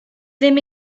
ddim